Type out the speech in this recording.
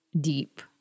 deep